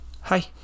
Hi